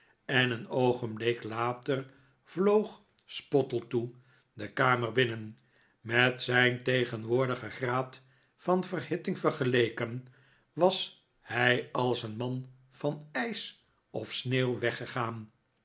en een oogenblik later vloog spottletoe de kamer binnen met zijn tegenwoordigen graad van verhitting vergeleken was hij als een man van ijs of sneeuw weggegaan